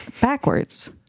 backwards